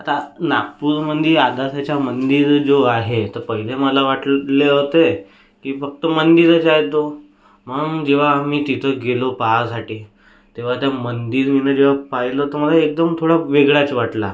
आता नागपूरमधे आदाशाचं मंदिर जो आहे तर पहिलं मला वाटलेलं होते की फक्त मंदिरच आहे तो मग जेव्हा आम्ही तिथे गेलो पहायसाठी तेव्हा ते मंदिर मी नं जेव्हा पाहिलं तर मले एकदम थोडा वेगळाच वाटला